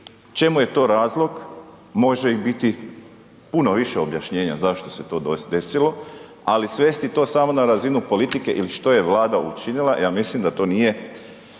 Čemu je to razlog, može i biti puno više objašnjena zašto se to desilo ali svesti to samo na razinu politike ili što je Vlada učinila, ja mislim da to nije